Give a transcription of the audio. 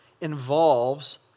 involves